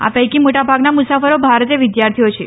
આ પૈકી મોટાભાગના મુસાફરો ભારતીય વિદ્યાર્થીઓ છે